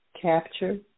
capture